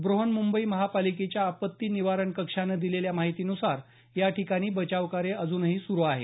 ब्रहण मुंबई महापालिकेच्या आपत्ती निवारण कक्षानं दिलेल्या माहितीन्सार या ठिकाणी बचाव कार्य सुरू आहे